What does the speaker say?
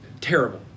Terrible